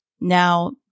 Now